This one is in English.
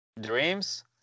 Dreams